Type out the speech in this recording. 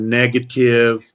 negative